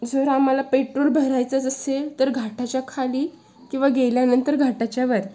जर आम्हाला पेट्रोल भरायचंच असेल तर घाटाच्या खाली किंवा गेल्यानंतर घाटाच्यावरती